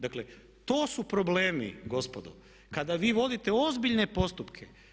Dakle to su problemi gospodo kada vi vodite ozbiljne postupke.